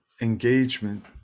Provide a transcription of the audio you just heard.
engagement